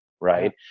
Right